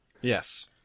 yes